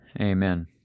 Amen